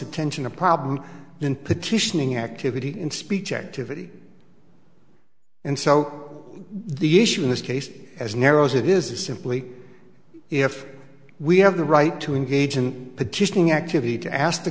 attention a problem in petitioning activity in speech activity and so the issue in this case as narrow as it is is simply if we have the right to engage in petitioning activity to ask the